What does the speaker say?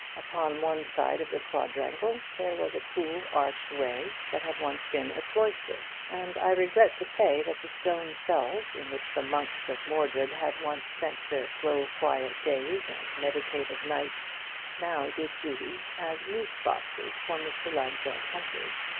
upon one side of the quadrangle there was a cool arched way that had once been a cloister and i regret to say that the stone cells in which the monks of mordred had once spent their slow quiet days and meditative nights now did duty as loose-boxes for mr. lansdell's hunters.